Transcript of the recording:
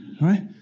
right